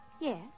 Yes